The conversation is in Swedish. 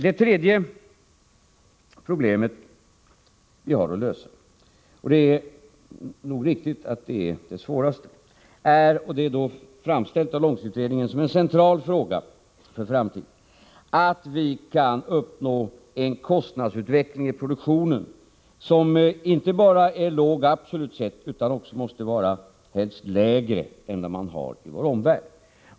Det tredje problemet som vi har att lösa — det är nog riktigt att det är det svåraste, och det framställs av långtidsutredningen som en central fråga för framtiden — är hur vi skall kunna uppnå en kostnadsutveckling i produktionen som inte bara är låg absolut sett utan som helst också måste vara lägre än i vår omvärld.